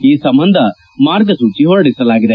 ಈ ಸಂಬಂಧ ಮಾರ್ಗಸೂಚಿ ಹೊರಡಿಸಲಾಗಿದೆ